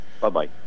Bye-bye